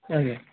ଆଜ୍ଞା